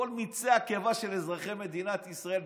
מיצי הקיבה של אזרחי מדינת ישראל,